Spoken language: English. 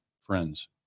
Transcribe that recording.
friends